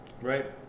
Right